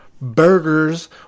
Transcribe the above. Burgers